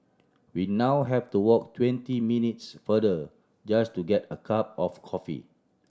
we now have to walk twenty minutes farther just to get a cup of coffee